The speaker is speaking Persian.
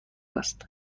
است